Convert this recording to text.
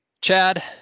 Chad